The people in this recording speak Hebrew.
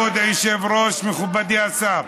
מודה ועוזב ירוחם.